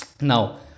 now